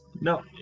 No